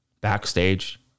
backstage